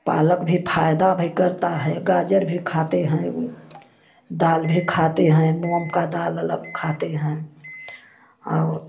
पालक भी फायदा भी करता है गाजर भी खाते हैं दाल भी खाते हैं मूंग का दाल अलग खाते हैं और